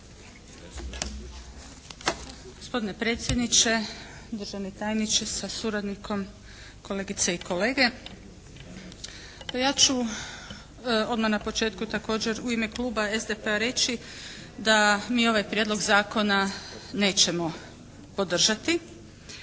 Gospodine predsjedniče, državni tajniče sa suradnikom, kolegice i kolege! Pa, ja ću odmah na početku također u ime kluba SDP-a reći da ni ovaj prijedlog zakona nećemo podržati